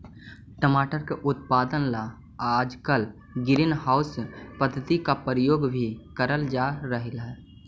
टमाटर की उत्पादन ला आजकल ग्रीन हाउस पद्धति का प्रयोग भी करल जा रहलई हे